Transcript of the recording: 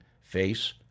face